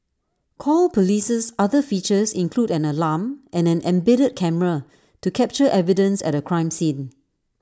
call police's other features include an alarm and an embedded camera to capture evidence at A crime scene